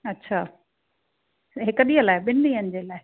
अच्छा हिकु ॾींहुं लाइ ॿिनि ॾींहनि जे लाइ